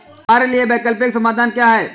हमारे लिए वैकल्पिक समाधान क्या है?